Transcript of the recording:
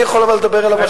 אבל אני יכול לדבר אליו,